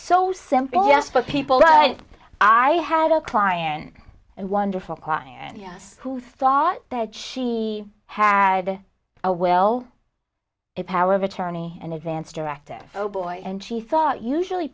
so simple just for people and i had a client and wonderful client yes who thought that she had a well power of attorney and advance directive oh boy and she thought usually